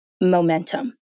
momentum